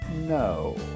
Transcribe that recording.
No